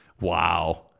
Wow